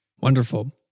Wonderful